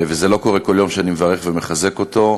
וזה לא קורה כל יום שאני מברך ומחזק אותו,